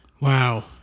Wow